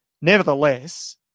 Nevertheless